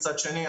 מצד שני.